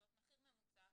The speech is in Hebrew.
זאת אומרת מחיר ממוצע,